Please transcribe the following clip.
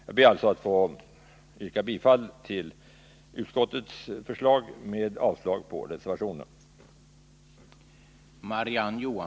Jag ber alltså att få yrka bifall till utskottets förslag och avslag på reservationerna.